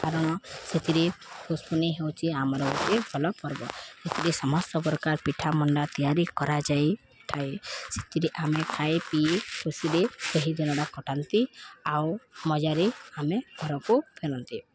କାରଣ ସେଥିରେ ପଶୁପୁନି ହେଉଛି ଆମର ଗୋଟେ ଭଲ ପର୍ବ ସେଥିରେ ସମସ୍ତ ପ୍ରକାର ପିଠାମଣ୍ଡା ତିଆରି କରାଯାଇଥାଏ ସେଥିରେ ଆମେ ଖାଇ ପିଇ ଖୁସିରେ ସେହି ଦିନଟା ଖଟାନ୍ତି ଆଉ ମଜାରେ ଆମେ ଘରକୁ ଫେରନ୍ତି